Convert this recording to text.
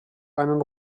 einen